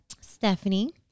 Stephanie